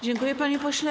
Dziękuję, panie pośle.